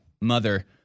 mother